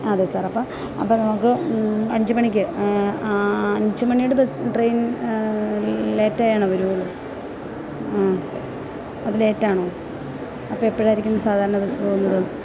അതെ സാർ അപ്പം അപ്പം നമുക്ക് അഞ്ച് മണിക്ക് അഞ്ച് മണിയുടെ ബസ് ട്രെയിൻ ലേറ്റായണോ വരികയുള്ളൂ ആ അത് ലേറ്റാണോ അപ്പോള് എപ്പോഴായിരിക്കും സാധാരണ ബസ് പോകുന്നത്